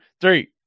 three